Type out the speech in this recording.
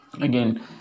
again